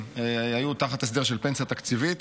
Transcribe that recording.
עדיין היו תחת הסדר של פנסיה תקציבית,